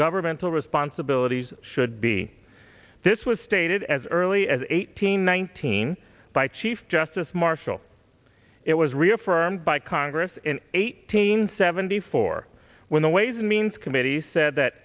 governmental responsibilities should be this was stated as early as eighteen nineteen by chief justice marshall it was reaffirmed by congress in eighteen seventy four when the ways and means committee said that